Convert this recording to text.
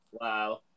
Wow